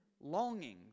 longings